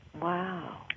Wow